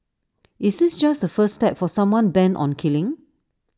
is this just the first step for someone bent on killing